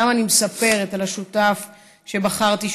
למה אני מספרת על השותף שבחרתי,